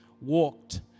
walked